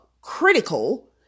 critical